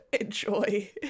enjoy